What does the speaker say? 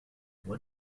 what